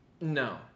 No